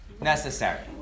necessary